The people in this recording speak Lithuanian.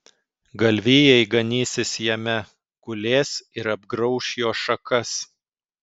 galvijai ganysis jame gulės ir apgrauš jo šakas